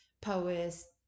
poets